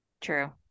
True